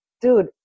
dude